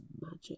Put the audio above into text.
magic